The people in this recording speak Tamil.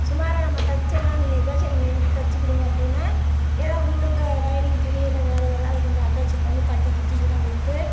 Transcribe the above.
சுமாராக நாம் தச்சிடலாம் நீங்கள் எப்படியாச்சி எனக்கு ஹெலுப் தைச்சிக் கொடுங்க அப்படின்னா ஏதா உள்ளுக்குள் லைனிங் துணி இல்லை வேறு ஏதாவது கொஞ்சம் அட்டாச்சி பண்ணி பட்டிக்கிட்டிக்கெல்லாம் கொடுத்து